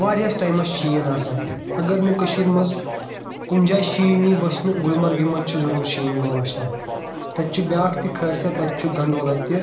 واریاہس ٹایمس شیٖن آسان اَگر نہٕ کٔشیٖر منٛز کُنہِ جایہِ شیٖن یی وُچھنہٕ گُلمرگہِ منٛز چھُ ضروٗر شیٖن یِوان وُچھنہٕ تَتہِ چھُ بیاکھ تہِ خٲصِیت تَتہِ چھُ گنڈولا تہِ